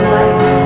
life